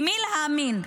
למי להאמין?